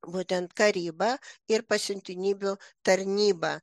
būtent karyba ir pasiuntinybių tarnyba